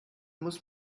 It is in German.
muss